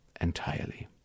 entirely